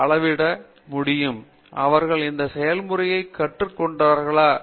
பேராசிரியர் ஸ்ரீகாந்த் வேதாந்தம் அவர்கள் அந்த செயல்முறையை கற்றுக் கொண்டார்களா என்பது முக்கியம்